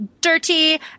dirty